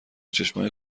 چشمای